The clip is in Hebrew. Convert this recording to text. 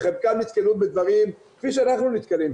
חלקם נתקלו בדברים כפי שאנחנו נתקלים,